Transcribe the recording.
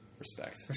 respect